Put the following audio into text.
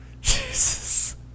Jesus